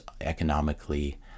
economically